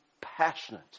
passionate